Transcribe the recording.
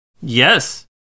Yes